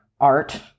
art